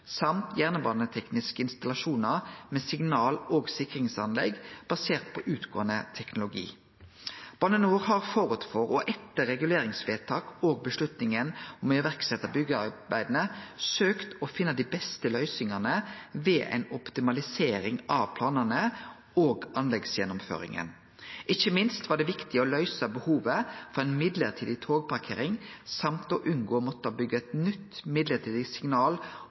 samt jernbanetekniske installasjonar med signal- og sikringsanlegg basert på utgåande teknologi. Bane NOR har forut for og etter reguleringsvedtak og avgjerda om å setje i verk byggearbeida søkt å finne dei beste løysingane ved ei optimalisering av planane og anleggsgjennomføringa. Ikkje minst var det viktig å løyse behovet for ei midlertidig togparkering samt å unngå å måtte byggje eit nytt midlertidig signal-